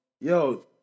Yo